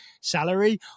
salary